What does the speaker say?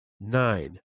Nine